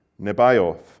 Nebaioth